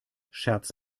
scherz